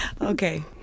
Okay